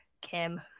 Kim